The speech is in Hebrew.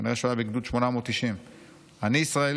כנראה שהוא היה בגדוד 890. "אני ישראלי!